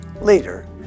Later